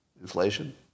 Inflation